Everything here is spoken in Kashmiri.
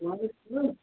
وعلیکُم سلام